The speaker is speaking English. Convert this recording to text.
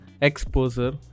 exposure